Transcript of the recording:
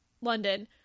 London